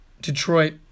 Detroit